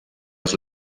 els